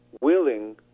willing